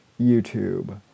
YouTube